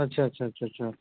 अच्छा अच्छा अच्छा अच्छा